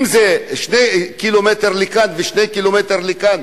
אם זה שני קילומטר לכאן ושני קילומטר לכאן,